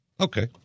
Okay